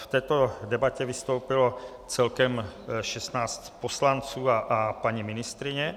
V této debatě vystoupilo celkem 16 poslanců a paní ministryně.